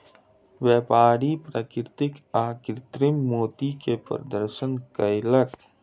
व्यापारी प्राकृतिक आ कृतिम मोती के प्रदर्शन कयलक